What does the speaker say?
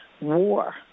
war